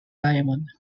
diamond